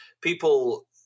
people